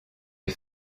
est